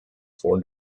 for